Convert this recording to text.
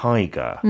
Tiger